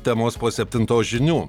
temos po septintos žinių